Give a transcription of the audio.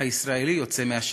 הישראלי יוצא מהשטח.